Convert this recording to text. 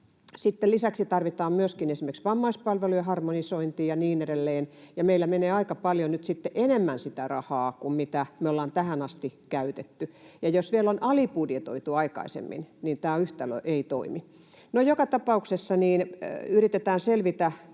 lisäksi tarvitaan myöskin esimerkiksi vammaispalvelujen harmonisointia ja niin edelleen, ja meillä menee aika paljon nyt enemmän sitä rahaa kuin mitä ollaan tähän asti käytetty. Ja jos vielä on alibudjetoitu aikaisemmin, niin tämä yhtälö ei toimi. No, joka tapauksessa, yritetään selvitä.